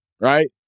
right